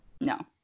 no